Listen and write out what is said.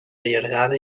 allargada